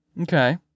Okay